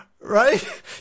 Right